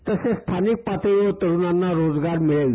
तसेच स्थानिक पातळीवर तरूनांना रोजगार मिळेल